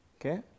Okay